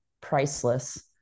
priceless